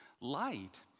Light